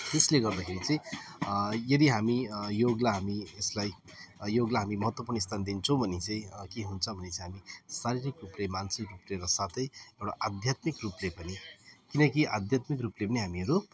त्यसले गर्दाखेरि चाहिँ यदि हामी योगलाई हामी यसलाई योगलाई हामी महत्त्वपूर्ण स्थान दिन्छौँ भने के हुन्छ भने चाहिँ हामी शारीरिक रूपले मानसिक रूपले र साथै एउटा आध्यात्मिक रूपले पनि किनकि आध्यात्मिक रूपले पनि हामीहरू